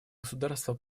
государства